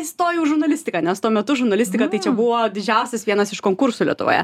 įstojau žurnalistiką nes tuo metu žurnalistika tai čia buvo didžiausias vienas iš konkursų lietuvoje